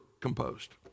composed